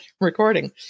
recording